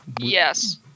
Yes